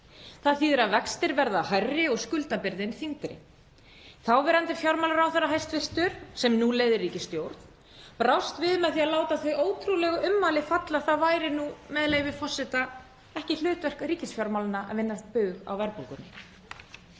Það þýðir að vextir verða hærri og skuldabyrðin þyngri. Þáverandi hæstv. fjármálaráðherra, sem nú leiðir ríkisstjórn, brást við með því að láta þau ótrúlegu ummæli falla að það væri nú, með leyfi forseta, „ekki hlutverk ríkisfjármálanna að vinna bug á verðbólgunni“.